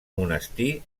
monestir